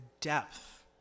depth